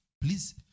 Please